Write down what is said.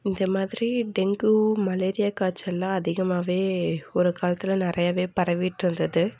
இந்த மாதிரி dengue malaria காய்ச்சல்லாம் அதிகமாகவே ஒரு காலத்தில் நிறையாவே பரவிகிட்டு இருந்தது